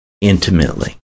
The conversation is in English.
intimately